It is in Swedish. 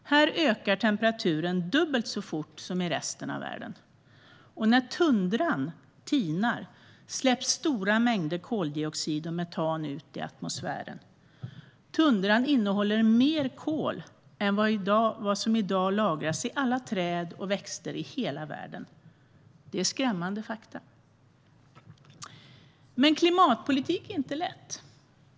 Här ökar temperaturen dubbelt så fort som i resten av världen. Och när tundran tinar släpps stora mänger koldioxid och metan ut i atmosfären. Tundran innehåller mer kol än vad som i dag lagras i alla träd och växter i hela världen. Det är skrämmande fakta. Men klimatpolitik är inte lätt.